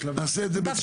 נעשה את זה בשלבים.